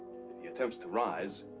he attempts to rise,